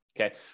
okay